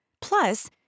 Plus